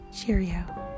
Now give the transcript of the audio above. Cheerio